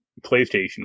PlayStation